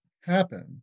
happen